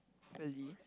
really